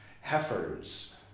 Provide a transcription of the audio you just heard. Heifers